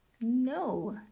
No